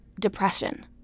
depression